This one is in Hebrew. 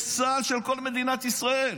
יש צה"ל של כל מדינת ישראל,